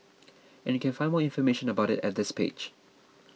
and you can find more information about it at this page